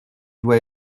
dois